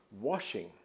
washing